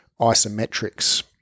isometrics